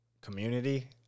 community